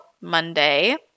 Monday